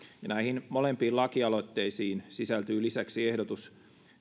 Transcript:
näihin molempiin lakialoitteisiin sisältyy lisäksi ehdotus